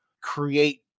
create